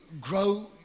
grow